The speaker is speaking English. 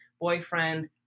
boyfriend